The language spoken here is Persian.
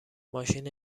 ماشین